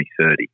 2030